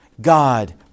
God